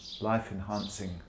life-enhancing